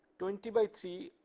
twenty by three,